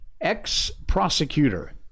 Ex-prosecutor